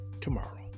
tomorrow